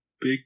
Big